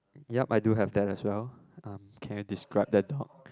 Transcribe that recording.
yup I do have that as well um can you describe the dog